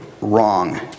wrong